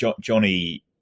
johnny